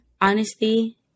honesty